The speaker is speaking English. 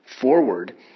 forward